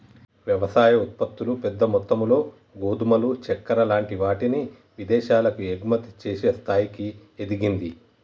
వ్యవసాయ ఉత్పత్తులు పెద్ద మొత్తములో గోధుమలు చెక్కర లాంటి వాటిని విదేశాలకు ఎగుమతి చేసే స్థాయికి ఎదిగింది